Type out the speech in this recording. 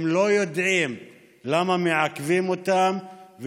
הם לא יודעים למה מעכבים אותם,